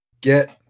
get